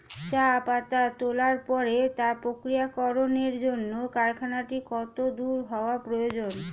চা পাতা তোলার পরে তা প্রক্রিয়াজাতকরণের জন্য কারখানাটি কত দূর হওয়ার প্রয়োজন?